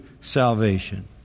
salvation